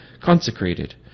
consecrated